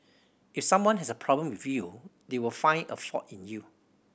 if someone has a problem with you they will find a fault in you